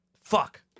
Fuck